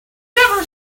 never